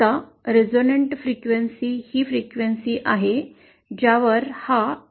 आता resonant frequency ही frequency आहे ज्यावर हा LI1 आहे